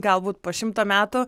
galbūt po šimto metų